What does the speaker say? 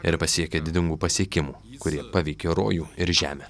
ir pasiekė didingų pasiekimų kurie paveikė rojų ir žemę